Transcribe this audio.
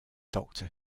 doctor